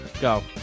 Go